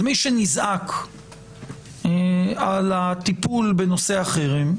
מי שנזעק על הטיפול בנושא החרם,